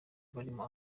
barimo